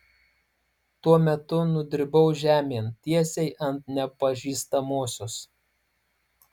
tuo metu nudribau žemėn tiesiai ant nepažįstamosios